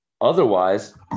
Otherwise